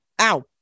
Ow